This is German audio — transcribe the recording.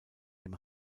dem